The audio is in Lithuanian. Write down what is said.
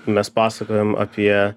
mes pasakojam apie